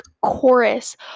chorus